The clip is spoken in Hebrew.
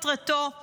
שמטרתו בעיקר היא